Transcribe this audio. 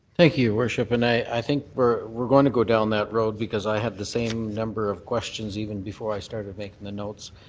thank you, worship. and i think we're we're going to go down that road. i have the same number of questions, even before i started making the notes.